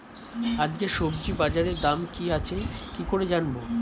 আজকে সবজি বাজারে দাম কি আছে কি করে জানবো?